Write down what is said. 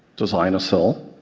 design a cell,